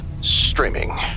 streaming